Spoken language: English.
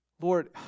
Lord